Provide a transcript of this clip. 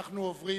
תמחק לי